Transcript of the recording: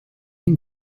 une